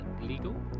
legal